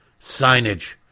Signage